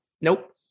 Nope